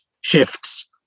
shifts